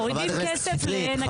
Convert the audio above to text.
מורידים כסף לאין הגדרה.